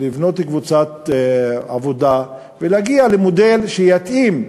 לבנות קבוצת עבודה ולהגיע למודל שיתאים,